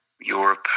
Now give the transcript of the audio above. europe